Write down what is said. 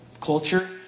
culture